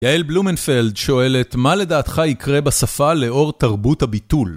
יעל בלומנפלד שואלת, מה לדעתך יקרה בשפה לאור תרבות הביטול?